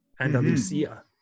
Andalusia